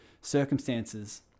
circumstances